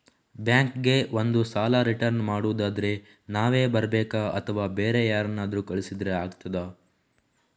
Bank ಗೆ ಬಂದು ಸಾಲ ರಿಟರ್ನ್ ಮಾಡುದಾದ್ರೆ ನಾವೇ ಬರ್ಬೇಕಾ ಅಥವಾ ಬೇರೆ ಯಾರನ್ನಾದ್ರೂ ಕಳಿಸಿದ್ರೆ ಆಗ್ತದಾ?